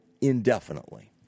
indefinitely